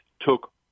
took